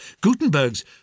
Gutenberg's